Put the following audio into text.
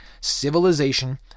civilization